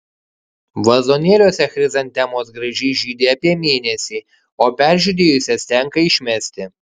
vazonėliuose chrizantemos gražiai žydi apie mėnesį o peržydėjusias tenka išmesti